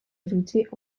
ajouter